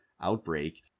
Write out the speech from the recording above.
outbreak